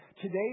today